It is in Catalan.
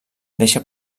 deixa